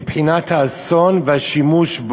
מבחינת האסון והשימוש,